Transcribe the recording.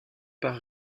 par